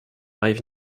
rive